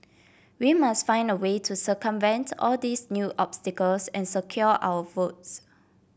we must find a way to circumvent all these new obstacles and secure our votes